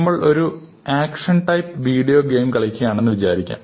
നമ്മൾ ഒരു action type video game കളിക്കുകയാണ് വിചാരിക്കാം